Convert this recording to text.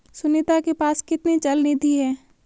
सुनीता के पास कितनी चल निधि है?